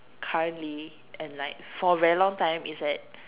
currently and like for very long time is at